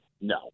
No